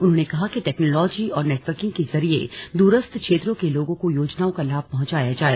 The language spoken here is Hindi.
उन्होंने कहा कि टेक्नॉलजी और नेटवर्किंग के जरिये दूरस्थ क्षेत्रों के लोगों को योजनाओं का लाभ पहुंचाया जाए